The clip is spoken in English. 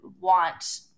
want